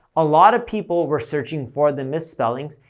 a lot of people were searching for the misspellings,